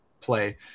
play